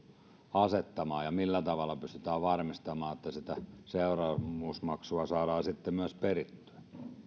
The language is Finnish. asettamaan ja millä tavallaan pystytään varmistamaan että sitä seuraamusmaksua saadaan sitten myös perittyä